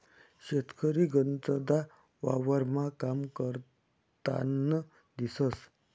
शेतकरी गनचदा वावरमा काम करतान दिसंस